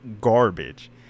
garbage